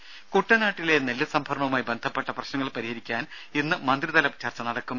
ദേദ കുട്ടനാട്ടിലെ നെല്ല് സംഭരണവുമായി ബന്ധപ്പെട്ട പ്രശ്നങ്ങൾ പരിഹരിക്കാൻ ഇന്ന് മന്ത്രിതല ചർച്ച നടക്കും